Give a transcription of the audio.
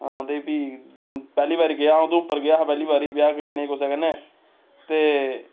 हां ते फ्ही पैह्ली बारी गेआ हा उधमपुर गेआ हा पैह्ली बारी ब्याह् खिच्चने कुसै कन्नै ते